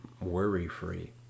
worry-free